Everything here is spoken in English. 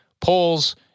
polls